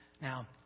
now